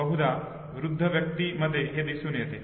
बहुधा वृद्ध व्यक्तीमध्ये हे दिसून येते